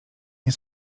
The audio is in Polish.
nie